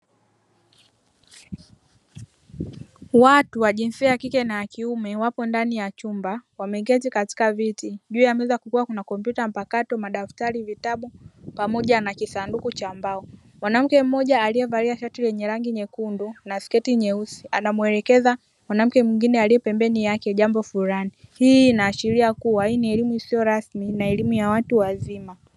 Watu wa jinsia ya kike na kiume wapo ndani ya chumba, wameketi katika viti. Juu ya meza kuna kompyuta mpakato, madaftari, vitabu, pamoja na kisanduku cha mbao. Mwanamke mmoja aliyevalia shati lenye rangi nyekundu na sketi nyeusi anamwelekeza mwanamke mwingine aliye pembeni yake jambo fulani. Hii inaashiria kuwa hii ni elimu isiyo rasmi na elimu ya watu wazima.